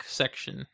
section